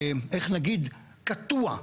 איך נגיד, קטוע,